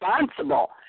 responsible